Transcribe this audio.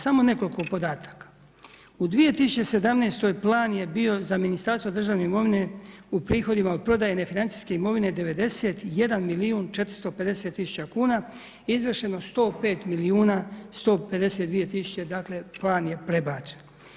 Samo nekoliko podataka, u 2017. plan je bio za Ministarstvo državne imovine u prihodima od prodaje nefinancijske imovine 91 milijun 450 tisuća kuna, izvršeno 105 milijuna 152 tisuće, dakle plan je prebačen.